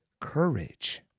courage